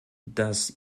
dass